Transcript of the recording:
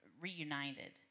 reunited